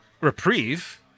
reprieve